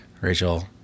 Rachel